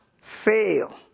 fail